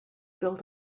built